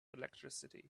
electricity